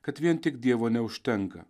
kad vien tik dievo neužtenka